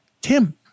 Tim